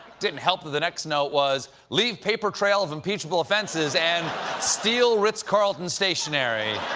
didn't help that the next note was leave paper trail of impeachable offenses, and steal ritz-carlton stationery.